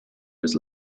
was